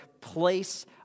place